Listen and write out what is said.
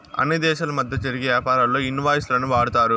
అన్ని దేశాల మధ్య జరిగే యాపారాల్లో ఇన్ వాయిస్ లను వాడతారు